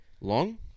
long